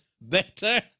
better